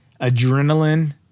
adrenaline